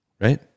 right